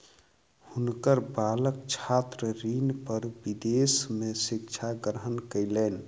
हुनकर बालक छात्र ऋण पर विदेश में शिक्षा ग्रहण कयलैन